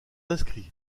inscrits